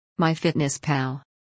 MyFitnessPal